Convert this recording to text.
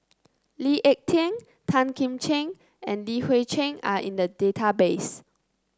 Lee Ek Tieng Tan Kim Ching and Li Hui Cheng are in the database